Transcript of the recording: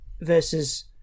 versus